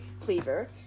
cleaver